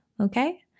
Okay